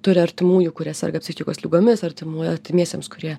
turi artimųjų kurie serga psichikos ligomis artimųjų artimiesiems kurie